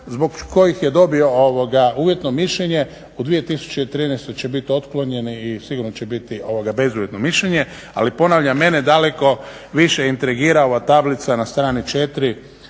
zbog kojih je dobio uvjetno mišljenje. U 2013. će bit otklonjeni i sigurno će biti bezuvjetno mišljenje. Ali ponavljam, mene daleko više intrigira ova tablica na strani 4.